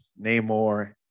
Namor